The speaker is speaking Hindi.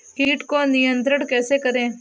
कीट को नियंत्रण कैसे करें?